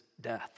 death